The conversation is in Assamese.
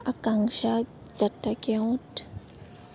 আকাংক্ষা দত্ত কেওট